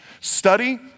Study